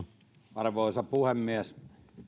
arvoisa puhemies